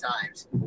times